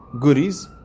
goodies